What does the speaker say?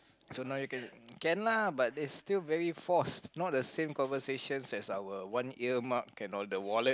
so now you can can lah but it's still very forced not the same conversations as our one year mark can not the wallet